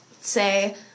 say